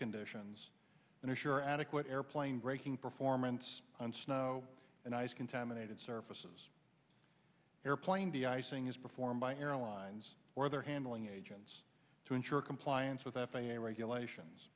conditions and ensure adequate airplane braking performance on snow and ice contaminated surfaces airplane the icing is performed by airlines or their handling agents to ensure compliance with f a a regulations